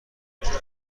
اینجور